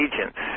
agents